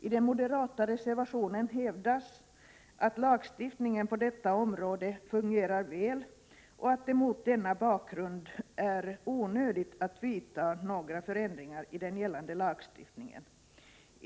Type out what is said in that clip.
I den moderata reservationen hävdas att lagstiftningen på detta område fungerar väl och att det mot denna bakgrund är onödigt att vidta några förändringar i den gällande lagstiftningen.